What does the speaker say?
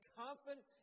confident